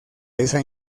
esa